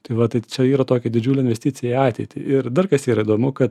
tai va tai čia yra tokia didžiulė investicija į ateitį ir dar kas yra įdomu kad